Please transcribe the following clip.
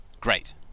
great